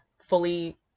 fully